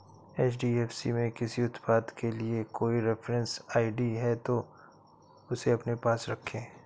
HDFC में किसी उत्पाद के लिए कोई रेफरेंस आई.डी है, तो उसे अपने पास रखें